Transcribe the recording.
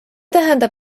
tähendab